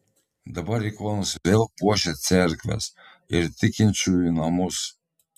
dabar ikonos vėl puošia cerkves ir tikinčiųjų namus